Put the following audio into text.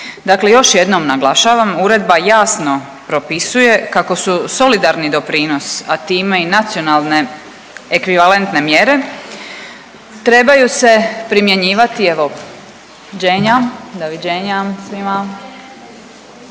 Dakle, još jednom naglašavam uredba jasno propisuje kako su solidarni doprinos, a time i nacionalne ekvivalentne mjere trebaju se primjenjivati evo, doviđenja, doviđenja svima.